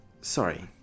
Sorry